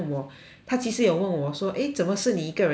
他其实有问我说 eh 怎么是你一个人在这边